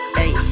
hey